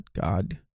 God